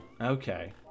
Okay